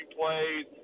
plays